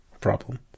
problem